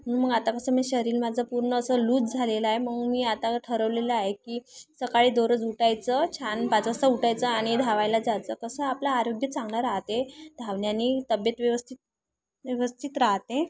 मग आता कसं मी शरीर माझं पूर्ण असं लूज झालेल आहे मग मी आता ठरवलेलं आहे की सकाळी दररोज उठायचं छान पाच वाजता उठायचं आणि धावायला जायचं कसं आपलं आरोग्य चांगला राहाते धावण्यानी तब्येत व्यवस्थित व्यवस्थित राहाते